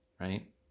right